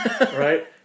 Right